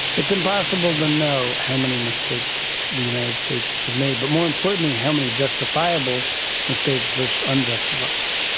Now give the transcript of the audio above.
it's impossible to know how many mistakes the united states has made, but more importantly how many justifiable mistakes versus unjustifiable.